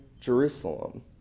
Jerusalem